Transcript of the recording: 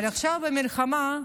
אבל עכשיו, במלחמה,